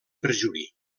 perjuri